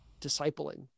discipling